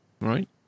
Right